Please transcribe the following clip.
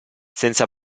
senza